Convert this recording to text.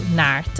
naar